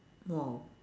!whoa!